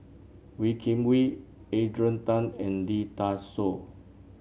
Wee Kim Wee Adrian Tan and Lee Dai Soh